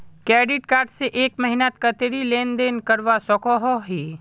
Credit card से एक महीनात कतेरी लेन देन करवा सकोहो ही?